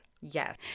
yes